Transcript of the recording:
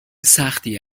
سختی